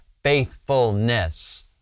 Faithfulness